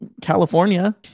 California